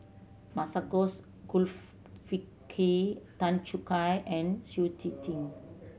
Masagos Tan Choo Kai and Shui Tit Ting